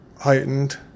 heightened